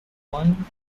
one